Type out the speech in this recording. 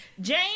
jane